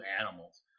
animals